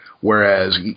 Whereas